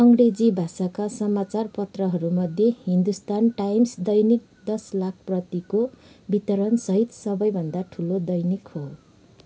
अङ्ग्रेजी भाषाका समाचारपत्रहरूमध्ये हिन्दुस्तान टाइम्स दैनिक दस लाख प्रतिको वितरणसहित सबैभन्दा ठुलो दैनिक हो